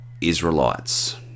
israelites